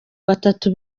batatu